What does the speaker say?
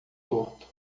torto